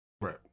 Right